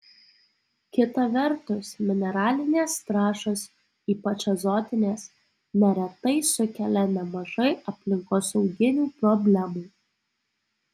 kita vertus mineralinės trąšos ypač azotinės neretai sukelia nemažai aplinkosauginių problemų